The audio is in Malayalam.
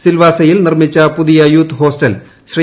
സിൽവാസയിൽ നിർമ്മിച്ച പുതിയ യൂത്ത് ് ഹോസ്റ്റൽ ശ്രീ